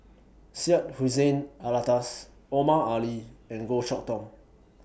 Syed Hussein Alatas Omar Ali and Goh Chok Tong